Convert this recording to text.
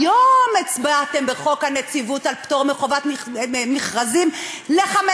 היום הצבעתם בחוק הנציבות על פטור מחובת מכרזים לחמש